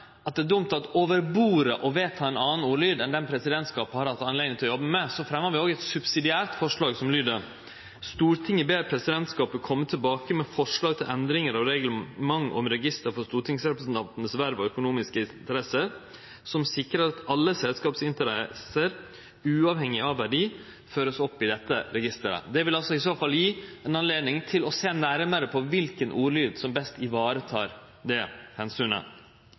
at det er dumt å vedta over bordet ein annan ordlyd enn den presidentskapet har hatt anledning til å jobbe med, fremjar vi òg eit subsidiært forslag, som lyder: «Stortinget ber presidentskapet komme tilbake med forslag til endringer av Reglement om register for stortingsrepresentantenes verv og økonomiske interesser, som sikrer at alle selskapsinteresser, uavhengig av verdi, føres opp i dette registeret.» Det vil i så fall gje ei anledning til å sjå nærmare på kva for ordlyd som best varetek det